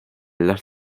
las